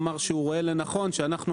גם שר האוצר אמר שהוא רואה לנכון שאנחנו,